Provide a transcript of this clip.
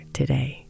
today